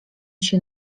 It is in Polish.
się